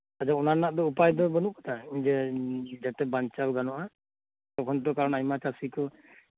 ᱟᱪᱪᱷᱟ ᱚᱱᱟ ᱨᱮᱱᱟᱜ ᱫᱚ ᱩᱯᱟᱭ ᱫᱚ ᱵᱟᱱᱩᱜ ᱛᱮ ᱡᱮ ᱡᱟᱛᱮ ᱵᱟᱧᱪᱟᱣ ᱜᱟᱱᱚᱜᱼᱟ ᱛᱚᱠᱷᱚᱱ ᱛᱚ ᱠᱟᱨᱚᱱ ᱟᱭᱢᱟ ᱪᱟᱥᱤ ᱠᱚ